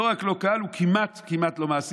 לא רק לא קל, זה כמעט כמעט לא מעשי.